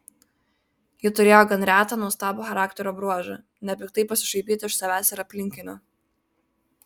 ji turėjo gan retą nuostabų charakterio bruožą nepiktai pasišaipyti iš savęs ir aplinkinių